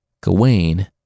Gawain